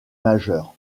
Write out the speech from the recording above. majeur